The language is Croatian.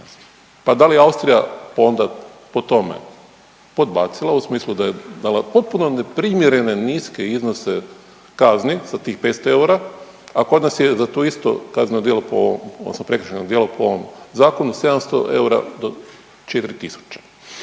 Pa da li je Austrija onda po tome podbacila u smislu da je dala potpuno neprimjerene niske iznose kazni sa tih 500 eura, a kod nas je za to isto kazneno djelo po odnosno prekršajno djelo